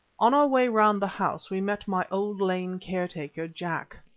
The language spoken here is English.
on our way round the house we met my old lame caretaker, jack.